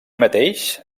mateix